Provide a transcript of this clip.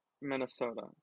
Minnesota